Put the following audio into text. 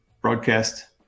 broadcast